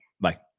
Bye